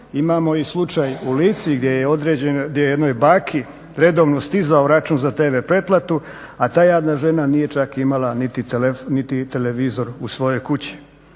Imamo i slučaj u Lici gdje je određen, gdje je jednoj baki redovno stizao račun za tv pretplatu, a ta jadna žena čak nije imala niti televizor u svojoj kući.